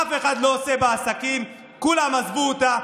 אף אחד לא עושה בה עסקים, כולם עזבו אותה.